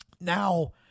Now